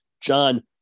John